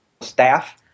staff